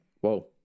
whoa